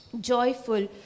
joyful